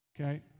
okay